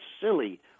silly